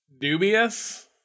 dubious